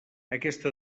aquesta